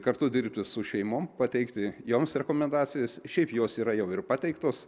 kartu dirbti su šeimom pateikti joms rekomendacijas šiaip jos yra jau ir pateiktos